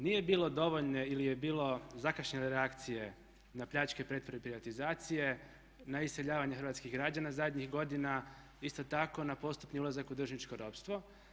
Nije bilo dovoljne ili je bilo zakašnjele reakcije na pljačke pretvorbe i privatizacije, na iseljavanje hrvatskih građana zadnjih godina, isto tako na postupni ulazak u dužničko ropstvo.